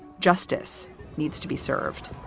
justice needs to be served